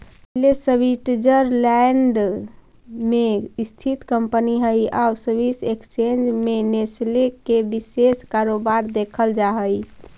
Nestle Switzerland में स्थित company हइ आउ स्विस एक्सचेंज में नेस्ले के विशेष कारोबार देखल जा हइ